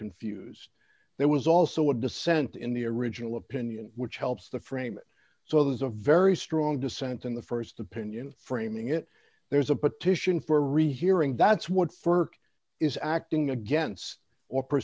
confused there was also a dissent in the original opinion which helps the frame so there's a very strong dissent in the st opinion framing it there's a petition for rehearing that's what ferk is acting against or p